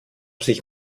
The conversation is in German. sich